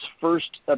first